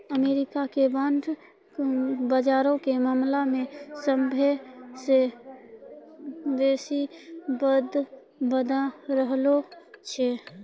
America के bond बजारो के मामला मे सभ्भे से बेसी दबदबा रहलो छै